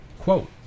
quote